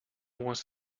wants